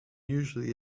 usually